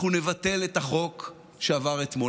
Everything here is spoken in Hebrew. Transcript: אנחנו נבטל את החוק שעבר אתמול.